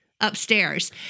upstairs